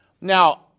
Now